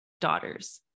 daughters